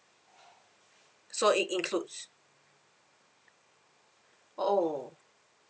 so it includes oh